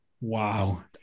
Wow